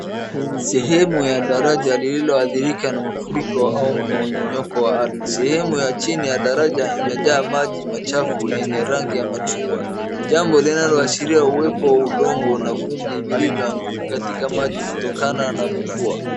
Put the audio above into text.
Sehemu ya daraja lililoadhirika na mafuriko au mmonyoko ya ardhi. Sehemu ya chini ya daraja imejaa maji machafu yenye rangi ya machungwa, jambo linaloashiria uwepo udongo na vumbi vilivyoanguka katika maji kutokana na mvua.